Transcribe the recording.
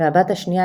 והבת השנייה,